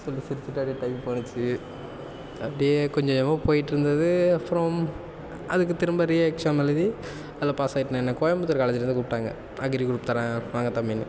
சொல்லி சிரிச்சிட்டு அப்படியே டைம் போணுச்சு அப்படியே கொஞ்ச கொஞ்சமாக போய்ட்டு இருந்தது அப்புறம் அதுக்கு திரும்ப ரீஎக்ஸாம் எழுதி அதில் பாஸ் ஆகிட்டேன் என்ன கோயம்புத்தூர் காலேஜ்ல இருந்து கூப்பிட்டாங்க அக்ரி குரூப் தரேன் வாங்க தம்பின்னு